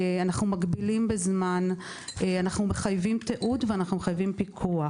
אנחנו מגבילים בזמן, אנחנו מחייבים תיעוד ופיקוח.